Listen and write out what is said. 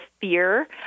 fear